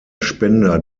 spender